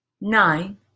nine